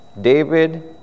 David